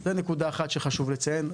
זו נקודה אחת שחשוב לציין.